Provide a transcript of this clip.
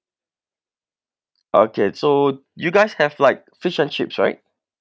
okay so you guys have like fish and chips right